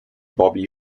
bobby